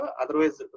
otherwise